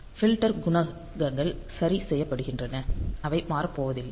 filter குணகங்கள் சரி செய்யப்படுகின்றன அவை மாறப்போவதில்லை